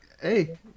hey